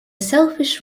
selfish